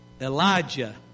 Elijah